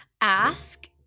Ask